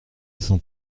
sans